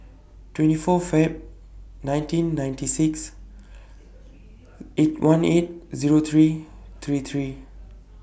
twenty four Feb nineteen ninety six eight one eight Zero three three three